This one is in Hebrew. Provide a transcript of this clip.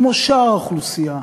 כמו שאר האוכלוסייה.